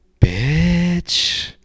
Bitch